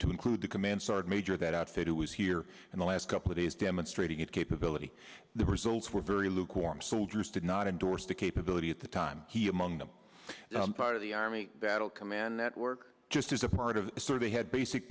to include the command sergeant major that outfit who was here in the last couple of days demonstrating it capability the results were very lukewarm soldiers did not endorse the capability at the time he among them part of the army that will command that work just as a part of a sort of they had basic